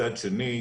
מצד שני,